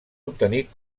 obtenir